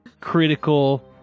Critical